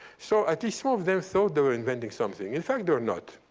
so at least some of them thought they were inventing something. in fact, they were not.